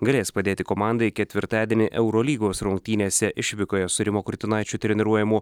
galės padėti komandai ketvirtadienį eurolygos rungtynėse išvykoje su rimo kurtinaičio treniruojamu